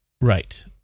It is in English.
Right